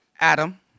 Adam